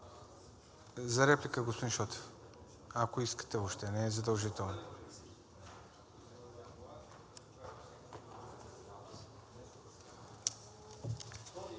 За реплика, господин Шотев, ако искате въобще, не е задължително.